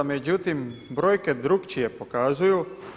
Međutim, brojke drukčije pokazuju.